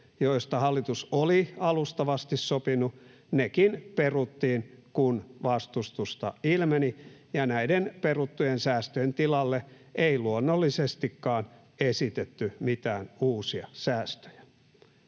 joista hallitus oli alustavasti sopinut, peruttiin, kun vastustusta ilmeni, ja näiden peruttujen säästöjen tilalle ei luonnollisestikaan esitetty mitään uusia säästöjä.